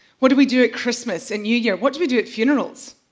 what do we do at christmas and new year? what do we do at funerals?